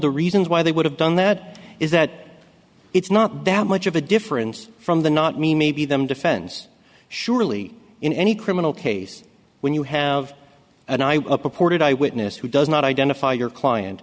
the reasons why they would have done that is that it's not that much of a difference from the not me maybe them defense surely in any criminal case when you have an i was a purported eye witness who does not identify your client